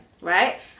right